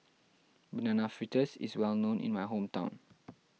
Banana Fritters is well known in my hometown